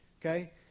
okay